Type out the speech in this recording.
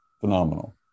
Phenomenal